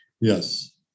Yes